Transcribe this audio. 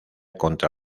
contra